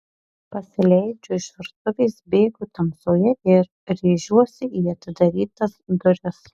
pasileidžiu iš virtuvės bėgu tamsoje ir rėžiuosi į atidarytas duris